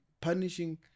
punishing